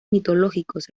mitológicos